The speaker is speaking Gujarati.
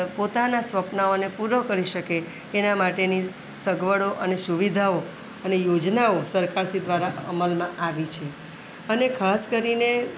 પોતાના સ્વપ્નાઓને પૂરો કરી શકે એના માટેની સગવડો અને સુવિધાઓ અને યોજનાઓ સરકાર શ્રી દ્વારા અમલમાં આવી છે અને ખાસ કરીને